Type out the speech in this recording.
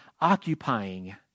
occupying